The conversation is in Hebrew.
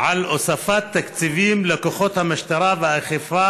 על הוספת תקציבים לכוחות המשטרה והאכיפה